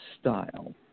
style